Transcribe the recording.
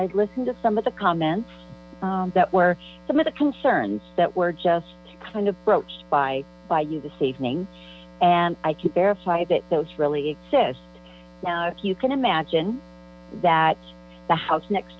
i listened to some of the comments that were some of the concerns that were just kind of broached by by you this evening and i could verify that those really exist now if you can imagine that the house next